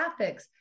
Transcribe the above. graphics